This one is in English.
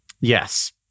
Yes